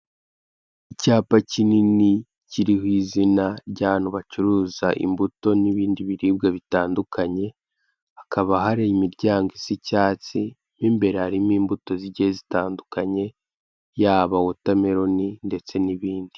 Icyapa kinini kiriho izina ry'ahantu bacuruza imbuto n'ibindi biribwa bitandukanye. Hakaba hari imiryango isa icyatsi. Mo imbere hakaba harimo imbuto zigiye zitandukanye yaba wotameroni ndetse n'ibindi.